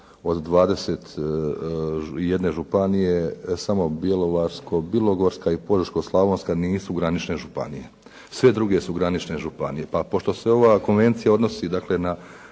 od 21 županije samo Bjelovarsko-bilogorska i Požeško-slavonska nisu granične županije. Sve druge su granične županije, pa pošto se ova konvencija odnosi dakle na